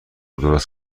درست